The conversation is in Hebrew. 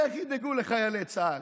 איך ידאגו לחיילי צה"ל?